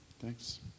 Thanks